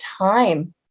time